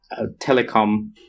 telecom